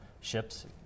ships